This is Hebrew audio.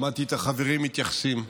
שמעתי את החברים מתייחסים,